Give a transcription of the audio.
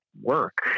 work